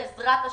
בעזרת השם,